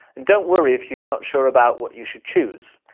and don't worry if you're not sure about what you should choose.